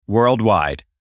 Worldwide